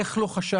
איך לא חשבתי?